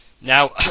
Now